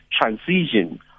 transition